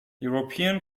european